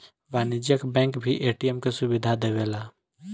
वाणिज्यिक बैंक भी ए.टी.एम के सुविधा देवेला